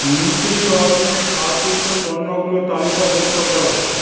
নিউট্রিঅর্গের ছাড়যুক্ত পণ্যগুলো তালিকাভুক্ত কর